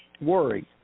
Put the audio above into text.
Worry